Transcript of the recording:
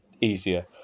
easier